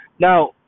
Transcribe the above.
now